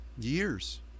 years